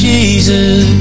Jesus